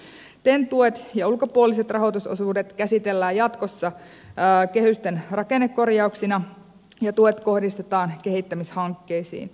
ten tuet ja ulkopuoliset rahoitusosuudet käsitellään jatkossa kehysten rakennekorjauksina ja tuet kohdistetaan kehittämishankkeisiin